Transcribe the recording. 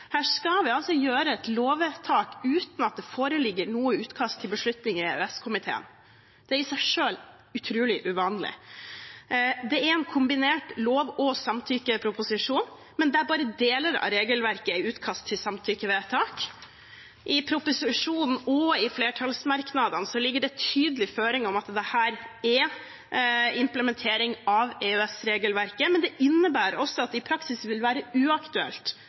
Her skal vi altså gjøre et lovvedtak uten at det foreligger noe utkast til beslutning i EØS-komiteen. Det i seg selv er utrolig uvanlig. Det er en kombinert lov- og samtykkeproposisjon, men der bare deler av regelverket er utkast til samtykkevedtak. I proposisjonen og i flertallsmerknadene ligger det tydelige føringer om at dette er implementering av EØS-regelverket, men det innebærer også at det i praksis vil være uaktuelt